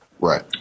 Right